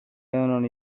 edonon